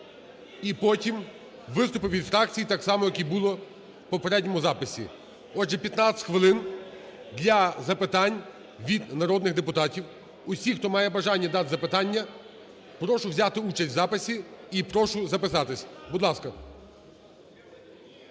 і потім виступи від фракцій, так само, як і було в попередньому записі. Отже, 15 хвилин для запитань від народних депутатів. Усі, хто має бажання дати запитання, прошу взяти участь в записі і прошу записатись. Будь ласка.